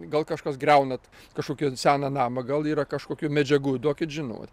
gal kažkas griaunat kažkokį seną namą gal yra kažkokių medžiagų duokit žinot